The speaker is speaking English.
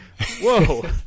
Whoa